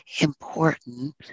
important